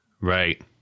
Right